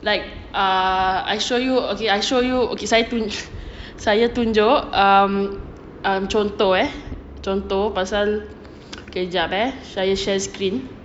like err I show you okay I show you okay saya tunjuk saya tunjuk um contoh eh contoh pasal okay jap eh saya share screen